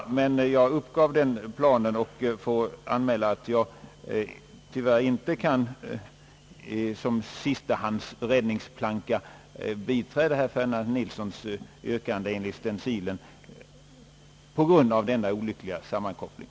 Men jag uppgav den planen och får anmäla, att jag tyvärr inte kan såsom en sistahands räddningsplanka biträda herr Ferdinand Nilssons yrkande i stencilen på grund av denna olyckliga sammankoppling.